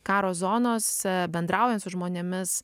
karo zonos bendraujant su žmonėmis